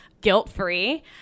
guilt-free